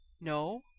No